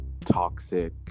toxic